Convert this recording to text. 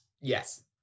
yes